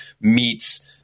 meets